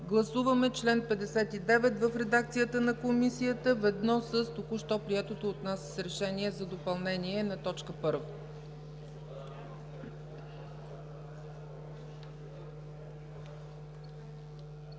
Гласуваме чл. 59 в редакцията на Комисията ведно с току-що приетото от нас решение за допълнение на т. 1.